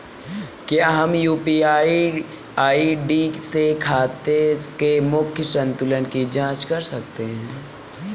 क्या हम UPI ID से खाते के मूख्य संतुलन की जाँच कर सकते हैं?